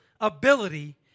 ability